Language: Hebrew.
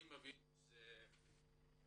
אני מבין, גם